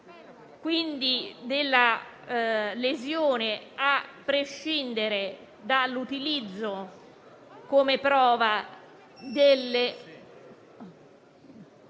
quindi della lesione a prescindere dall'utilizzo come prova delle...